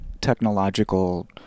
technological